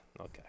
okay